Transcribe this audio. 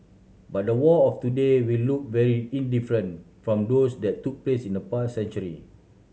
but the war of today will look very indifferent from those that took place in the past century